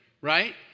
right